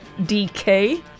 DK